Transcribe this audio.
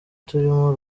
turimo